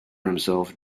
himself